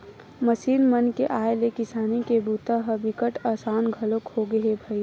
machine मन के आए ले किसानी के बूता ह बिकट असान घलोक होगे हे भईर